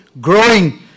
growing